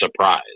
surprise